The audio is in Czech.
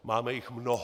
Máme jich mnoho.